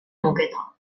moqueta